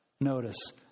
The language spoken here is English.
Notice